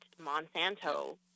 Monsanto